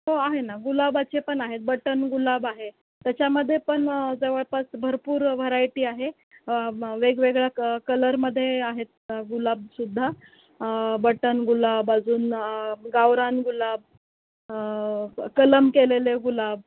हो आहे ना गुलाबाचे पण आहेत बटन गुलाब आहे त्याच्यामध्ये पण जवळपास भरपूर व्हरायटी आहे मग वेगवेगळ्या क कलरमध्ये आहेत गुलाबसुद्धा बट्टन गुलाब अजून गावरान गुलाब कलम केलेले गुलाब